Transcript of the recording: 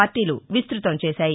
పార్టీలు విస్పతం చేసాయి